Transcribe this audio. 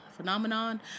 phenomenon